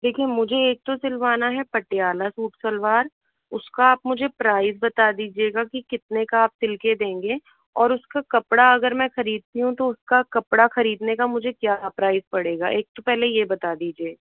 देखिए मुझे एक तो सिलवाना है पटियाला सूट सलवार उसका आप मुझे प्राइस बता दीजिएगा कि कितने का आप सिल के देंगे और उसका कपड़ा अगर मैं खरीदती हूँ तो उसका कपड़ा खरीदने का मुझे क्या प्राइस पड़ेगा एक तो पहले ये बता दीजिए